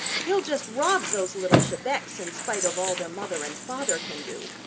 he'll just rob those little chebecs in spite of all their mother and father can do.